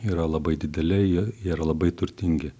yra labai dideli jie jie yra labai turtingi